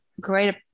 great